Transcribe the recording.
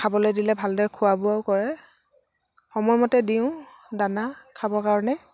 খাবলে দিলে ভালদৰে খোৱা বোৱাও কৰে সময়মতে দিওঁ দানা খাবৰ কাৰণে